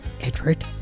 Edward